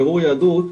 בירור יהדות,